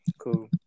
Cool